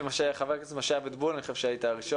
ח"כ משה אבוטבול בבקשה.